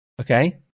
Okay